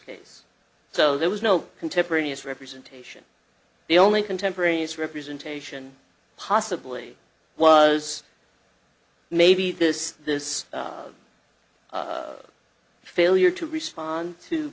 case so there was no contemporaneous representation the only contemporaries representation possibly was maybe this this failure to respond to